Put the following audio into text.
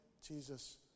Jesus